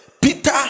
Peter